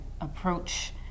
approach